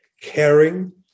caring